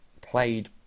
played